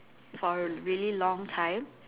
for a really long time